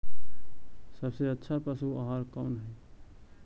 सबसे अच्छा पशु आहार कौन है?